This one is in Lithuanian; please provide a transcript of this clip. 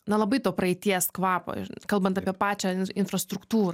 na labai to praeities kvapo ir kalbant apie pačią infrastruktūrą